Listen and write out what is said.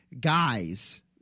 guys